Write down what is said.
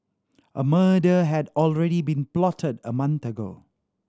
a murder had already been plotted a month ago